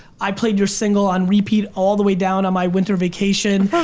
i played your single on repeat all the way down on my winter vacation.